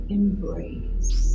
embrace